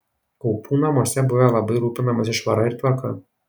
kaupų namuose buvę labai rūpinamasi švara ir tvarka